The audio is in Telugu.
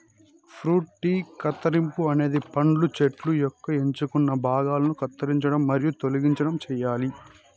ఫ్రూట్ ట్రీ కత్తిరింపు అనేది పండ్ల చెట్టు యొక్క ఎంచుకున్న భాగాలను కత్తిరించడం మరియు తొలగించడం చేయాలి